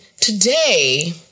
today